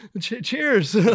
cheers